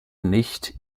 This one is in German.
nicht